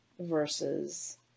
versus